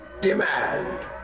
Demand